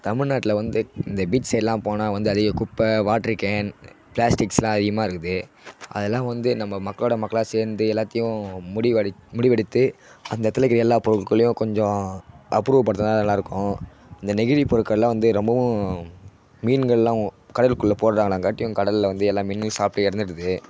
தமில்நாட்டில் வந்து இந்த பீச் சைட்லாம் போனால் வந்து அதிக குப்பை வாட்ரு கேன் பிளாஸ்டிக்ஸ்லாம் அதிகமாக இருக்குது அதெலாம் வந்து நம்ம மக்களோடய மக்களாக சேர்ந்து எல்லாத்தையும் முடிவேடி முடிவெடுத்து அந்த இடத்துல இருக்கிற எல்லா பொருள்களையும் கொஞ்சம் அப்புறப்படுத்துனால் நல்லாயிருக்கும் இந்த நெகிழி பொருட்கள்லாம் வந்து ரொம்பவும் மீன்கள்லாம் கடலுக்குள்ளே போடுறாங்களா காட்டியும் கடல்ல வந்து எல்லா மீனும் சாப்பிட்டு இறந்துடுது